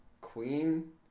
Queen